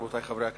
רבותי חברי הכנסת,